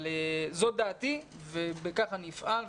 זאת דעתי ובכך אני אפעל.